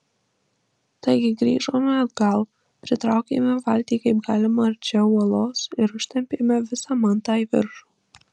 taigi grįžome atgal pritraukėme valtį kaip galima arčiau uolos ir užtempėme visą mantą į viršų